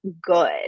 good